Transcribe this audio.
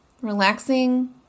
relaxing